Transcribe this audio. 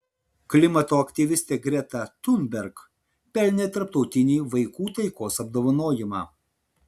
klimato aktyvistė greta thunberg pelnė tarptautinį vaikų taikos apdovanojimą